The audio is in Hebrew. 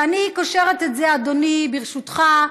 ואני קושרת את זה, אדוני, ברשותך,